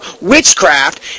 witchcraft